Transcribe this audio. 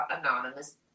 anonymous